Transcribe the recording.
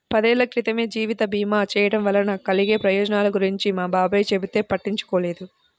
పదేళ్ళ క్రితమే జీవిత భీమా చేయడం వలన కలిగే ప్రయోజనాల గురించి మా బాబాయ్ చెబితే పట్టించుకోలేదు